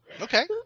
Okay